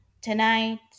tonight